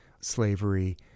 slavery